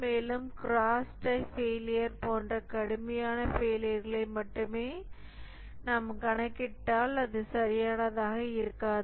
மேலும் gross type failure போன்ற கடுமையான ஃபெயிலியர்களை மட்டுமே நாம் கணக்கிட்டால் அது சரியானதாக இருக்காது